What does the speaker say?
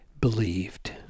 believed